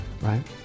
right